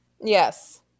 Yes